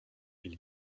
will